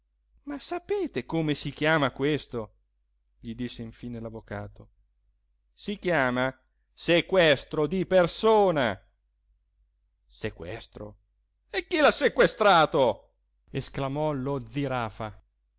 ma sapete come si chiama questo gli disse infine l'avvocato si chiama sequestro di persona sequestro e chi l'ha sequestrato esclamò lo zirafa